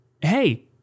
hey